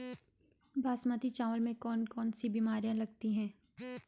बासमती चावल में कौन कौन सी बीमारियां लगती हैं?